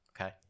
Okay